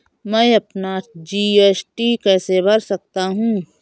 मैं अपना जी.एस.टी कैसे भर सकता हूँ?